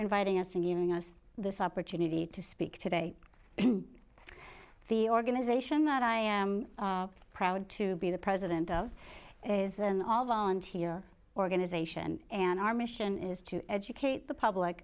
inviting us and giving us this opportunity to speak today and the organization that i am proud to be the president of is an all volunteer organization and our mission is to educate the public